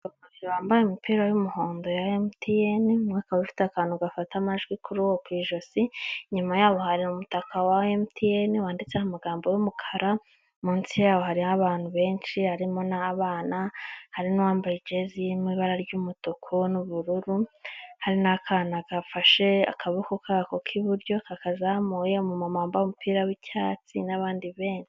Bambaye imipira yumuhondo ya emutiyeni, akaba ifite akantu gafata amajwi kuri ku ijosi inyuma yaho hari umutaka wa emutiyeni wanditseho amagambo y'umukara, munsi yaho hariho abantu benshi harimo n'abana hari n'uwambaye ijezi irimo ibara ry'umutuku n'ubururu, hari n'akana kafashe akaboko k'iburyo kakazamuye, umumama wambaye umupira wcyatsi n'abandi benshi.